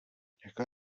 jaká